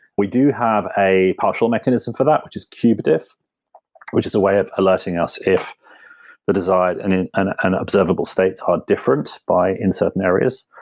we do have a partial mechanism for that, which is kubediff, which is a way of alerting us if the desired and and observable states are different by in certain areas.